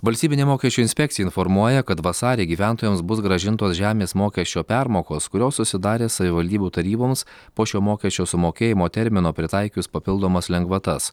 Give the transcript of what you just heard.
valstybinė mokesčių inspekcija informuoja kad vasarį gyventojams bus grąžintos žemės mokesčio permokos kurios susidarė savivaldybių taryboms po šio mokesčio sumokėjimo termino pritaikius papildomas lengvatas